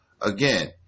again